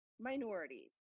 minorities